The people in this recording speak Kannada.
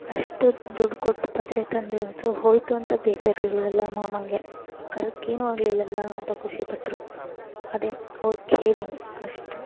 ಅಷ್ಟು ದುಡ್ಡು ಕೊಟ್ಟು ಪರ್ದೆ ತಂದಿರೋದು ಹೋಯಿತು ಅಂತ ಬೇಜಾರಿರಲಿಲ್ಲ ಮಾಮನಿಗೆ ಕರುಗೆ ಏನು ಆಗಲಿಲ್ಲಲ್ಲ ಅಂತ ಖುಷಿಪಟ್ರು ಅದೇ ಅವ್ರ ಕೇರಿಂಗ್ ಅಷ್ಟು